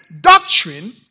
doctrine